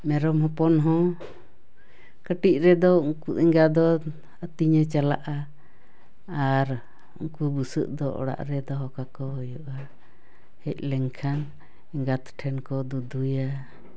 ᱢᱮᱨᱚᱢ ᱦᱚᱯᱚᱱ ᱦᱚᱸ ᱠᱟᱹᱴᱤᱡ ᱨᱮᱫᱚ ᱮᱸᱜᱟ ᱫᱚ ᱟᱹᱛᱤᱧᱮ ᱪᱟᱞᱟᱜᱼᱟ ᱟᱨ ᱩᱱᱠᱩ ᱵᱩᱥᱟᱹᱜ ᱫᱚ ᱚᱲᱟᱜ ᱨᱮ ᱫᱚᱦᱚ ᱠᱟᱠᱚ ᱦᱩᱭᱩᱜᱼᱟ ᱦᱮᱡ ᱞᱮᱱᱠᱷᱟᱱ ᱮᱸᱜᱟᱛ ᱴᱷᱮᱱ ᱠᱚ ᱫᱩᱫᱩᱭᱟ